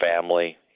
family